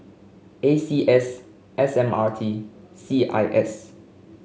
A C S S M R T C I S